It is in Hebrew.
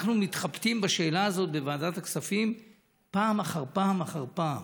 אנחנו מתחבטים בשאלה הזאת בוועדת הכספים פעם אחר פעם אחר פעם.